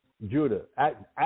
Judah